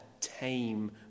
tame